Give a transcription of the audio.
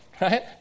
right